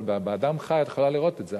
אבל באדם חי את יכולה לראות את זה.